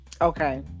Okay